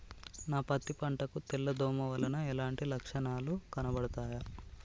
నా పత్తి పంట కు తెల్ల దోమ వలన ఎలాంటి లక్షణాలు కనబడుతాయి?